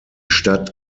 stadt